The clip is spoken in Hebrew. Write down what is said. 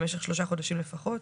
במשך שלושה חודשים לפחות.